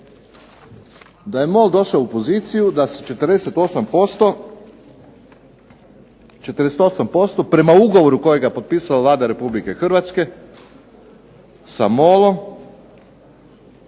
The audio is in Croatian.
da je MOL došao u poziciju da 48% prema ugovoru kojega je potpisala Vlada Republike Hrvatske sa MOL-om,